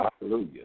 Hallelujah